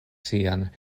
sian